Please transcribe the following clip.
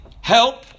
help